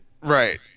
Right